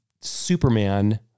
Superman